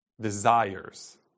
desires